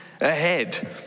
ahead